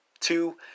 two